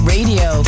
Radio